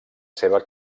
seva